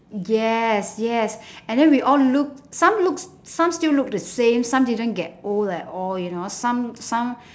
yes yes and then we all look some looks some still look the same some didn't get old at all you know some some